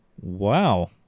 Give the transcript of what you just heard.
Wow